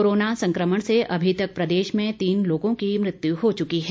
corona संक्रमण से अभी तक प्रदेश में तीन लोगों की मृत्यु हो चुकी है